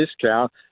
discount –